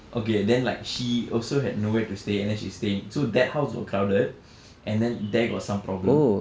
okay then like she also had nowhere to stay and then she's staying so that house got crowded and then there got some problem